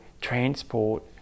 transport